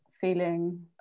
feeling